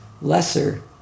lesser